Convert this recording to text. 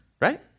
right